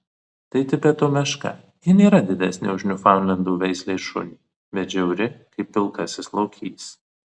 tai tibeto meška ji nėra didesnė už niūfaundlendų veislės šunį bet žiauri kaip pilkasis lokys